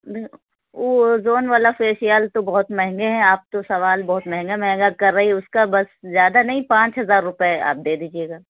ozone والا facial تو بہت مہنگے ہیں آپ تو سوال بہت مہنگا مہنگا کر رہی ہیں اُس کا بس زیادہ نہیں پانچ ہزار روپے آپ دے دیجیے گا